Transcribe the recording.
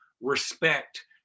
respect